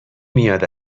میاد